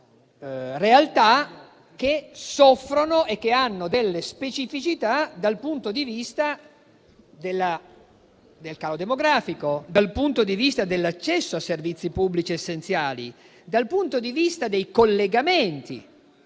realtà che soffrono e che hanno delle specificità dal punto di vista del calo demografico, dell'accesso a servizi pubblici essenziali, dei collegamenti.